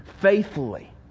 faithfully